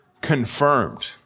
confirmed